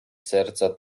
serca